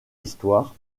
histoire